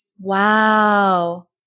Wow